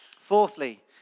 Fourthly